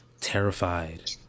terrified